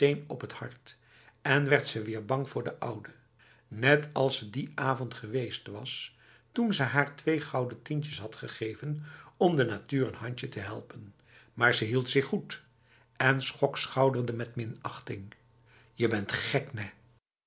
op het hart en werd ze weer bang voor de oude net als ze die avond geweest was toen ze haar twee gouden tientjes had gegeven om de natuur n handje te helpen maar ze hield zich goed en schokschouderde met minachting je bent gek nèh